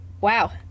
Wow